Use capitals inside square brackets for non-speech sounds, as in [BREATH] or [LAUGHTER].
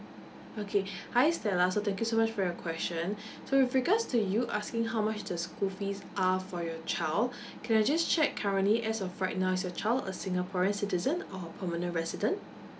okay hi stella so thank you so much for your question [BREATH] so with regards to you asking how much the school fees are for your child [BREATH] can I just check currently as of right now is your child a singaporean citizen or permanent resident